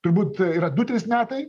turbūt yra du trys metai